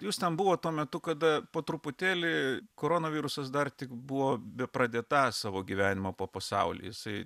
jūs ten buvot tuo metu kada po truputėlį koronavirusas dar tik buvo bepradedąs savo gyvenimą po pasaulį jisai